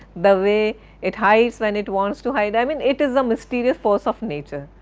the way it hides when it wants to hide. i mean it is a mysterious force of nature.